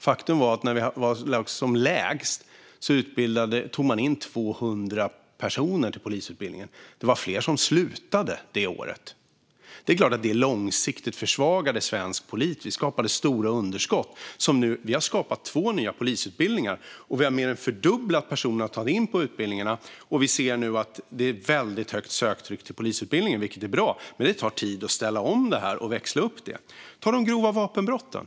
Faktum är att när det var som lägst tog man in 200 personer på polisutbildningen. Det var fler som slutade det året. Det är klart att det långsiktigt försvagade svensk polis. Det skapade stora underskott. Nu har vi skapat två nya polisutbildningar och mer än fördubblat antalet personer som antas till utbildningarna. Vi ser nu ett väldigt högt söktryck till polisutbildningen, vilket är bra. Men det tar tid att ställa om och växla upp. Se på de grova vapenbrotten!